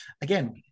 again